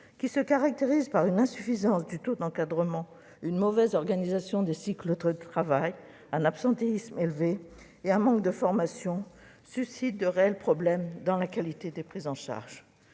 qui se caractérise par une insuffisance du taux d'encadrement, une mauvaise organisation des cycles de travail, un absentéisme élevé et un manque de formation, suscite de réels problèmes de qualité des prises en charge.